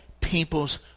people's